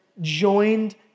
joined